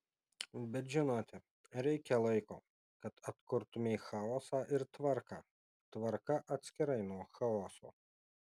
bet žinote reikia laiko kad atkurtumei chaosą ir tvarką tvarka atskirai nuo chaoso